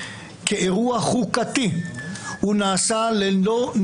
אסור לו לעסוק בנושאים שהוא נכנס אליהם,